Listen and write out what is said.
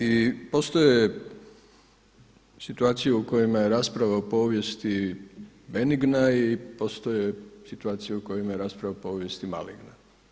I postoje situacije u kojima je situacija o povijesti benigna i postoje situacije u kojima je rasprava o povijesti maligna.